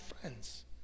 friends